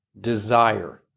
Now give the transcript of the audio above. Desire